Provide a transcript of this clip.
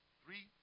three